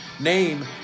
name